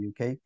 UK